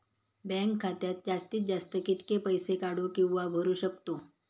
Bank खात्यात जास्तीत जास्त कितके पैसे काढू किव्हा भरू शकतो?